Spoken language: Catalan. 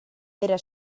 era